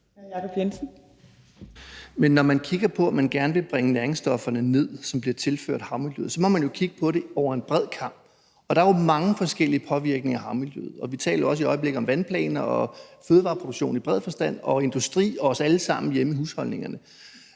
Men når man kigger på, at man gerne vil nedbringe næringsstofferne, som bliver tilført havmiljøet, må man jo kigge på det over en bred kam. Der er jo mange forskellige påvirkninger af havmiljøet. Vi taler også i øjeblikket om vandplaner og fødevareproduktion i bred forstand og om industri og os alle sammen hjemme i husholdningerne.